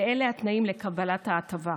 ואלה התנאים לקבלת ההטבה: